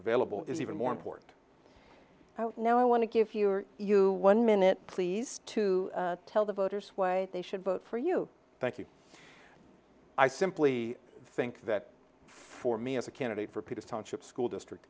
available is even more important now i want to give you or you one minute please to tell the voters why they should vote for you thank you i simply think that for me as a candidate for peter's township school district